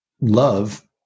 Love